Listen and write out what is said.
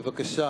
בבקשה.